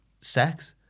Sex